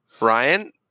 Ryan